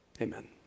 Amen